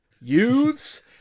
Youths